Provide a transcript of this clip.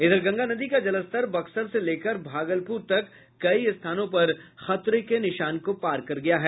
इधर गंगा नदी का जलस्तर बक्सर से लेकर भागलपुर तक कई स्थानों पर खतरे के निशान को पार कर गया है